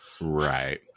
right